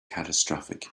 catastrophic